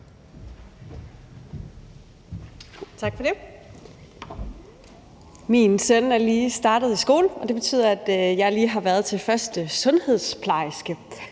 Tak for det. Min søn er lige startet i skole, og det betyder, at jeg lige har været til sundhedsplejersken